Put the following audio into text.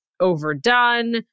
Overdone